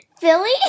Billy